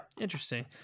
Interesting